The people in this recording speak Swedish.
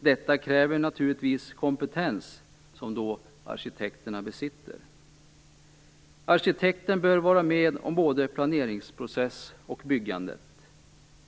Detta kräver naturligtvis kompetens som arkitekterna besitter. Arkitekten bör vara med om både planeringsprocess och byggandet.